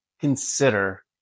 consider